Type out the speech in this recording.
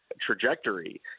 trajectory